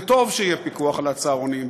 טוב שיהיה פיקוח על הצהרונים,